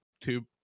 two